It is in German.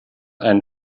einen